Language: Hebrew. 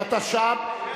התשע"ב,